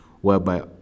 whereby